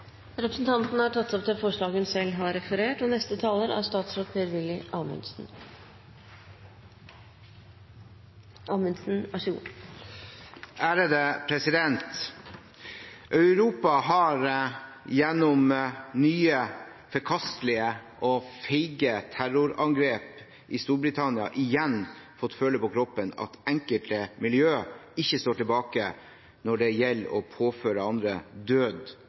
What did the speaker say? Representanten Jenny Klinge har tatt opp det forslaget hun refererte til. Europa har gjennom nye forkastelige og feige terrorangrep i Storbritannia igjen fått føle på kroppen at enkelte miljøer ikke står tilbake når det gjelder å påføre andre død,